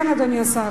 כן, אדוני השר.